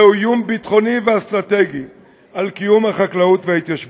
זהו איום ביטחוני ואסטרטגי על קיום החקלאות וההתיישבות.